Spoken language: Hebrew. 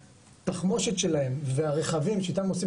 התחמושת שלהם והרכבים שאיתם הם עושים